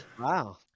wow